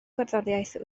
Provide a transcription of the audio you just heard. gerddoriaeth